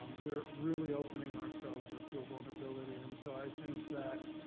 we're really opening ourselves up to a vulnerability and so i think that